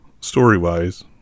Story-wise